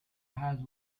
has